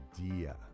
idea